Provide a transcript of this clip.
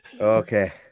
Okay